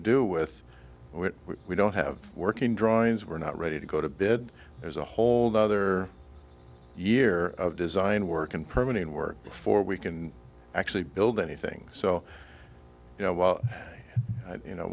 do with it we don't have working drawings we're not ready to go to bed as a whole nother year of design work and permanent work before we can actually build anything so you know well you know